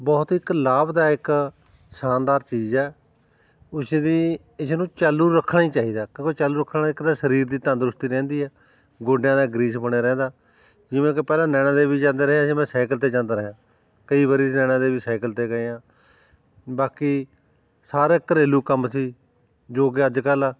ਬਹੁਤ ਇੱਕ ਲਾਭਦਾਇਕ ਸ਼ਾਨਦਾਰ ਚੀਜ਼ ਹੈ ਉਸਦੀ ਇਸਨੂੰ ਚਾਲੂ ਰੱਖਣਾ ਹੀ ਚਾਹੀਦਾ ਕਿਉਂਕਿ ਚਾਲੂ ਰੱਖਣ ਨਾਲ ਇੱਕ ਤਾਂ ਸਰੀਰ ਦੀ ਤੰਦਰੁਸਤੀ ਰਹਿੰਦੀ ਹੈ ਗੋਡਿਆਂ ਦਾ ਗਰੀਸ ਬਣਿਆ ਰਹਿੰਦਾ ਜਿਵੇਂ ਕਿ ਪਹਿਲਾਂ ਨੈਣਾ ਦੇਵੀ ਜਾਂਦੇ ਰਹੇ ਜਿਵੇਂ ਸਾਈਕਲ 'ਤੇ ਜਾਂਦਾ ਰਿਹਾ ਕਈ ਵਾਰੀ ਨੈਣਾ ਦੇਵੀ ਸਾਈਕਲ 'ਤੇ ਗਏ ਹਾਂ ਬਾਕੀ ਸਾਰਾ ਘਰੇਲੂ ਕੰਮ 'ਚ ਹੀ ਜੋ ਕਿ ਅੱਜ ਕੱਲ੍ਹ